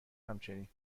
همچنین